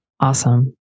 Awesome